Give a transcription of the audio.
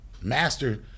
master